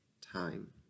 time